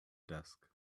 desk